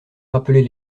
rappeler